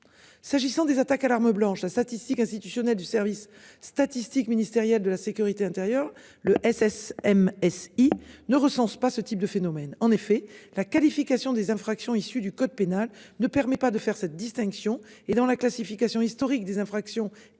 S'agissant des attaques à l'arme blanche statistique institutionnel du service statistique ministériel de la sécurité intérieure. Le SS M. S. il ne recense pas ce type de phénomène en effet la qualification des infractions issu du code pénal ne permet pas de faire cette distinction et dans la classification historique des infractions établies